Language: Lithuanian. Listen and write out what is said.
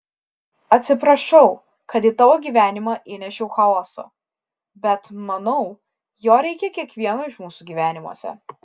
atsiprašau kad į tavo gyvenimą įnešiau chaoso bet manau jo reikia kiekvieno iš mūsų gyvenimuose